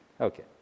Okay